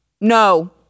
no